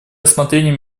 рассмотрение